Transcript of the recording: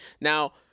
Now